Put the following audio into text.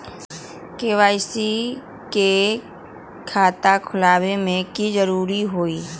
KYC के खाता खुलवा में की जरूरी होई?